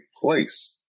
place